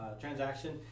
transaction